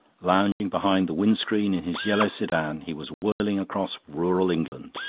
lounging behind the wind-screen in his yellow sedan he was whirling across rural england.